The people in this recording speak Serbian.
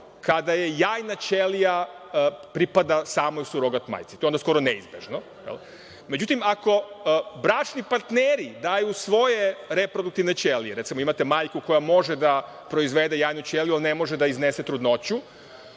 kada jajna ćelija pripada samoj surogat majci, to je onda skoro neizbežno. Međutim, ako bračni partneri daju svoje reproduktivne ćelije, recimo imate majku koja može da proizvede jajnu ćeliju, ali ne može da iznese trudnoću